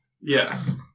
Yes